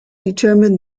determined